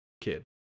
kid